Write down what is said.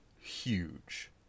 Huge